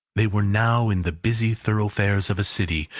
they were now in the busy thoroughfares of a city,